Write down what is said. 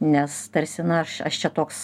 nes tarsi na aš aš čia toks